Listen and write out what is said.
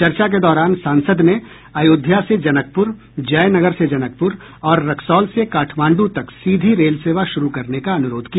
चर्चा के दौरान सांसद ने अयोध्या से जनकपुर जयनगर से जनकपुर और रक्सौल से काठमांडू तक सीधी रेल सेवा शुरू करने का अनुरोध किया